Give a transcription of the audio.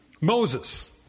Moses